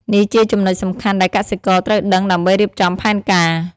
នេះជាចំណុចសំខាន់ដែលកសិករត្រូវដឹងដើម្បីរៀបចំផែនការ។